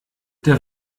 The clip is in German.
der